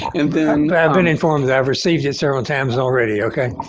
and then i've been informed that i've received it several times already, ok?